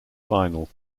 final